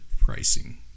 pricing